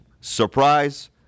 Surprise